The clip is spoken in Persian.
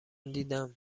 دیدم